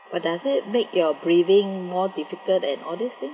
but does it make your breathing more difficult and all these things